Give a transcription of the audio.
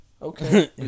Okay